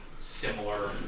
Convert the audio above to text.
similar